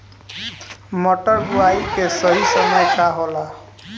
मटर बुआई के सही समय का होला?